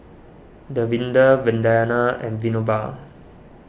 Davinder Vandana and Vinoba